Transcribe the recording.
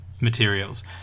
materials